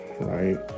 right